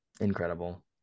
Incredible